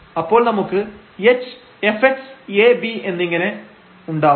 അപ്പോൾ നമുക്ക് h fxab എന്നിങ്ങനെ ഉണ്ടാവും